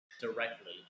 Directly